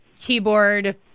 keyboard